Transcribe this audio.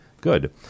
Good